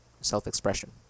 self-expression